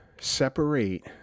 separate